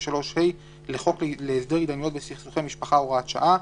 3(ה) לחוק להסדר התדיינויות בסכסוכי משפחה (הוראת שעה),